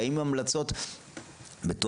באים עם המלצות מתואמות,